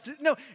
no